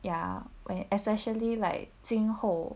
ya we're essentially like 今后